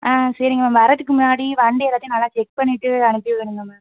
ஆ சரிங்க மேம் வர்றதுக்கு முன்னாடி வண்டி எல்லாத்தையும் நல்லா செக் பண்ணிட்டு அனுப்பிவிடுங்கள் மேம்